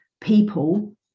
people